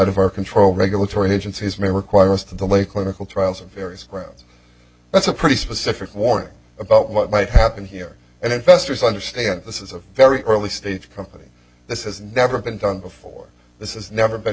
of our control regulatory agencies may require us to the late clinical trials of various grounds that's a pretty specific warning about what might happen here and investors understand this is a very early stage company this has never been done before this is never been